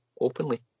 openly